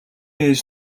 ээж